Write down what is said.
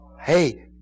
Hey